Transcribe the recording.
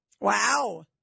Wow